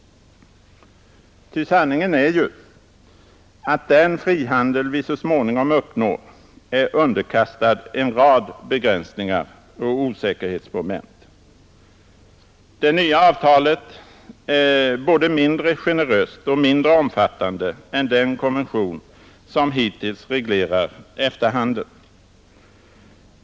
Sanningen är ju att den frihandel vi så småningom uppnår är underkastad en rad begränsningar och osäkerhetsmoment. Det nya avtalet är både mindre generöst och mindre omfattande än den konvention som reglerar EFTA-handeln.